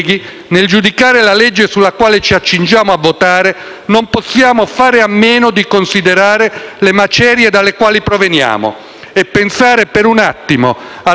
non possiamo fare a meno di considerare le macerie dalle quali proveniamo, e pensare per un attimo alla prospettiva alternativa che ci sarebbe stata imposta: